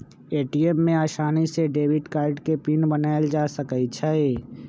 ATM में आसानी से डेबिट कार्ड के पिन बनायल जा सकई छई